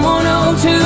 102